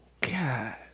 God